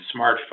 smartphone